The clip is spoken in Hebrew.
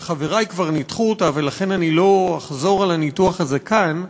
שחברי כבר ניתחו אותה ולכן אני לא אחזור על הניתוח הזה כאן,